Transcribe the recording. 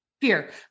fear